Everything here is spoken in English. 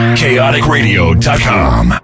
chaoticradio.com